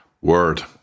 Word